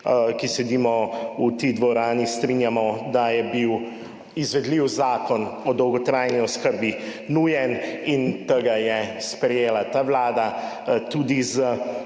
ki sedimo v tej dvorani, strinjamo, da je bil izvedljiv zakon o dolgotrajni oskrbi nujen, in tega je sprejela ta vlada, tudi z